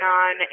on